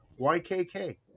YKK